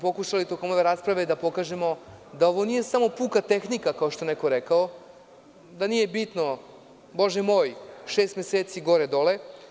Pokušali smo tokom ove rasprave da pokažemo da ovo nije samo puka tehnika, kao što je neko rekao, da nije bitno, bože moj, šest meseci gore-dole.